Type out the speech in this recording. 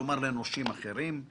(כלומר לנושים האחרים).